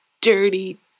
dirty